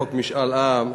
חוק משאל עם,